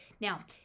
now